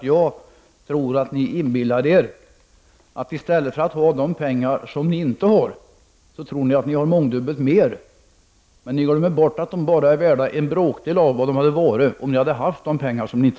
Jag tror ni inbillar er att ni att har mångdubbelt mer än de pengar som ni nu tror att ni har. Ni glömmer bort att när de skall användas är de bara värda en bråkdel av vad de hade varit nu om ni hade haft dem — men det har ni inte!.